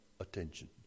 attention